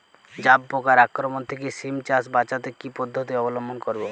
জাব পোকার আক্রমণ থেকে সিম চাষ বাচাতে কি পদ্ধতি অবলম্বন করব?